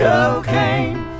Cocaine